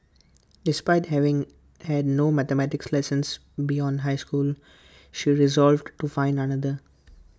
despite having had no mathematics lessons beyond high school she resolved to find another